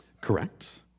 Correct